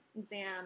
exam